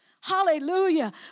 hallelujah